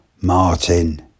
Martin